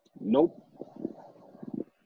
Nope